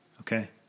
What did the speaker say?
Okay